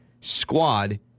Squad